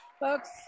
Folks